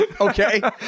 Okay